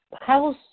house